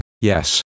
yes